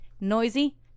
noisy